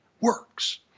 works